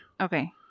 okay